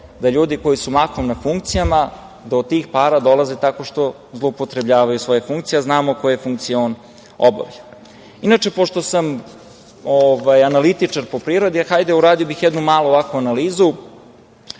da ljudi koji su mahom na funkcijama, da do tih para dolaze tako što zloupotrebljavaju svoje funkcije, a znamo koje funkcije on obavlja. Inače, pošto sam analitičar po prirodi, uradio bih jednu malu analizu,